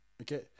Okay